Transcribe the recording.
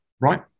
Right